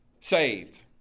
saved